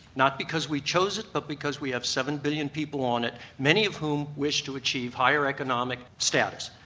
not because we chose it but because we have seven billion people on it, many of whom wish to achieve higher economic status.